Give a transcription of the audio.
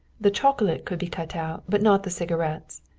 the chocolate could be cut out, but not the cigarettes.